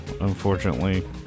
unfortunately